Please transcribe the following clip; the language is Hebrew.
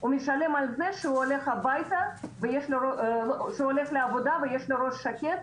הוא משלם על זה שהוא הולך לעבודה ויש לו ראש שקט,